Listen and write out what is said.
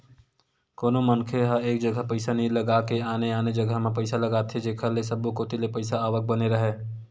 कोनो मनखे ह एक जघा पइसा नइ लगा के आने आने जघा म पइसा लगाथे जेखर ले सब्बो कोती ले पइसा के आवक बने राहय